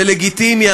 זה לגיטימי.